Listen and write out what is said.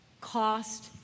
cost